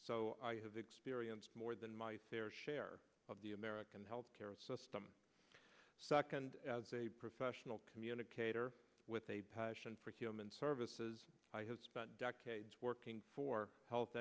experienced more than my fair share of the american healthcare system second as a professional communicator with a passion for human services i have spent decades working for health